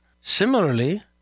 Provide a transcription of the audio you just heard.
Similarly